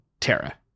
Terra